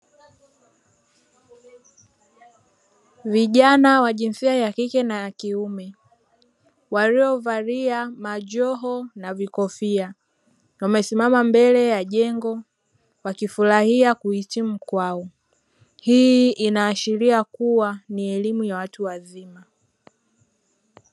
Vijana wa jinsia ya kike na kiume waliovalia majoho na vikofia wamesimama mbele ya jengo wakifurahia kuhitimu kwao, hii inaashiria kuwa ni elimu ya watu wazima.